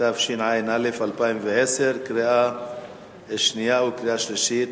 התשע"א 2011, קריאה שנייה וקריאה שלישית.